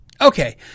okay